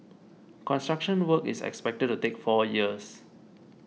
construction work is expected to take four years